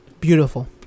beautiful